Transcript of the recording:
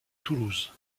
toulouse